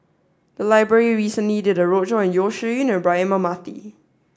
the library recently did a roadshow on Yeo Shih Yun and Braema Mathi